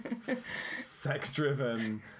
sex-driven